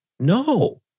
No